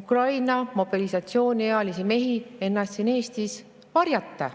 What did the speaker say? Ukraina mobilisatsiooniealisi mehi ennast Eestis varjata.